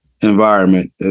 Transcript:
environment